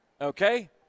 Okay